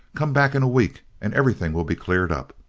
come back in a week and everything will be cleared up.